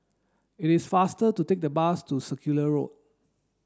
it is faster to take the bus to Circular Road